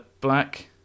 black